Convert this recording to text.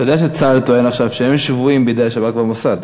אתה יודע שצה"ל טוען עכשיו שהם שבויים בידי השב"כ והמוסד.